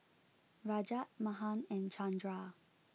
Rajat Mahan and Chandra